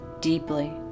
deeply